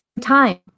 time